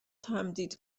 تمدید